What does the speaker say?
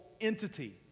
entity